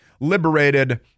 liberated